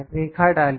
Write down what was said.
रेखा डालिए